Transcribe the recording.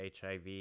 HIV